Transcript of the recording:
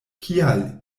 kial